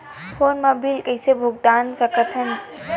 Phone मा bill कइसे भुक्तान साकत हन?